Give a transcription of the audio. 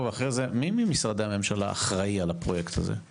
מהמשפחות שלהם בעקבות זה שהמדינה התעמרה בהם.